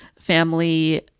family